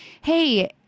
hey